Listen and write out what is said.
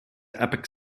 epic